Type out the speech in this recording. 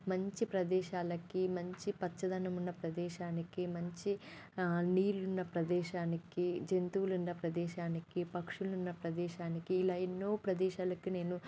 మంచి ప్రదేశాలకి మంచి పచ్చదనమున్న ప్రదేశానికి మంచి నీళ్ళున్నా ప్రదేశానికి జంతువులున్న ప్రదేశానికి పక్షులున్న ప్రదేశానికి ఇలా ఎన్నో ప్రదేశాలకి నేను